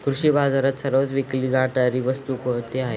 कृषी बाजारात सर्वात विकली जाणारी वस्तू कोणती आहे?